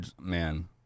man